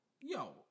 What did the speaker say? Yo